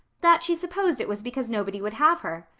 that she supposed it was because nobody would have her.